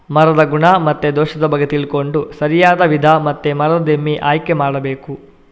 ಮರದ ಗುಣ ಮತ್ತೆ ದೋಷದ ಬಗ್ಗೆ ತಿಳ್ಕೊಂಡು ಸರಿಯಾದ ವಿಧ ಮತ್ತೆ ಮರದ ದಿಮ್ಮಿ ಆಯ್ಕೆ ಮಾಡಬೇಕು